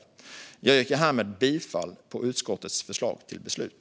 Jag yrkar härmed bifall till utskottets förslag till beslut.